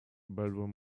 bedroom